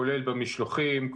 כולל במשלוחים,